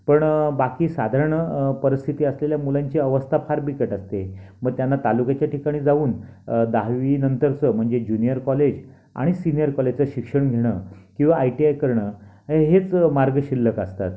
पण बाकी साधारण परिस्थिती असलेल्या मुलांची अवस्था फार बिकट असते मग त्यांना तालुक्याच्या ठिकाणी जाऊन दहावीनंतरचं म्हणजे ज्युनियर कॉलेज आणि सिनियर कॉलेजच शिक्षण घेणं किंवा आय टी आय करणं ह हेच मार्ग शिल्लक असतात